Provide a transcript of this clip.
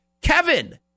Kevin